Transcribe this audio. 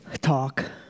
talk